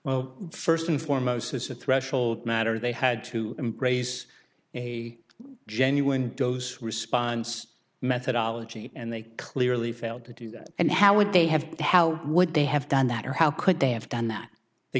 well first and foremost as a threshold matter they had to embrace a genuine doe's response methodology and they clearly failed to do that and how would they have how would they have done that or how could they have done that they